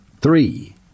three